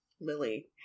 Lily